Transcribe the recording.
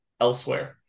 elsewhere